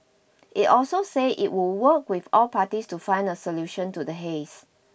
it also said it would work with all parties to find a solution to the haze